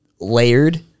layered